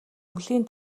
өвлийн